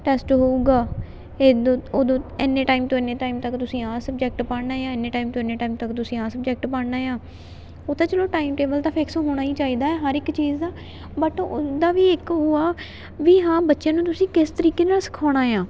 test ਹੋਵੇਗਾ ਏਦੋ ਓਦੋਂ ਇੰਨੇ ਟਾਈਮ ਤੋਂ ਇੰਨੇ ਟਾਈਮ ਤੱਕ ਤੁਸੀਂ ਆਹ ਸਬਜੈਕਟ ਪੜ੍ਹਨਾ ਏ ਇੰਨੇ ਟਾਈਮ ਇੱਨੇ ਟਾਈਮ ਤੱਕ ਤੁਸੀਂ ਆ ਸਬਜੈਕਟ ਪੜ੍ਹਨਾ ਆ ਉਹ ਤਾਂ ਚਲੋ ਟਾਈਮ ਟੇਬਲ ਤਾਂ ਫਿਕਸ ਹੋਣਾ ਹੀ ਚਾਹੀਦਾ ਹਰ ਇੱਕ ਚੀਜ਼ ਦਾ ਬਟ ਉਹਦਾ ਵੀ ਇੱਕ ਉਹ ਆ ਵੀ ਹਾਂ ਬੱਚੇ ਨੂੰ ਤੁਸੀਂ ਕਿਸ ਤਰੀਕੇ ਨਾਲ ਸਿਖਾਉਣਾ ਆ